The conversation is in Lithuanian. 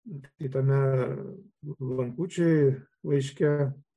kitame lankučiui laiške